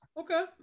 Okay